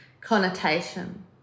connotation